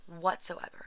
whatsoever